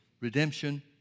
redemption